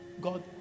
God